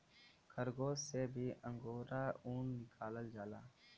खरगोस से भी अंगोरा ऊन निकालल जाला